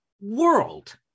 world